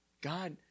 God